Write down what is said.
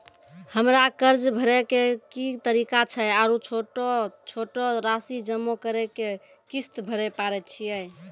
हमरा कर्ज भरे के की तरीका छै आरू छोटो छोटो रासि जमा करि के किस्त भरे पारे छियै?